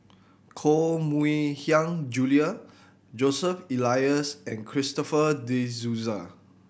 Koh Mui Hiang Julie Joseph Elias and Christopher De Souza